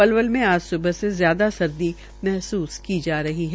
पलवल में आज सुबह से ज्यादा सर्दी महसूस की जा रही है